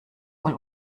wohl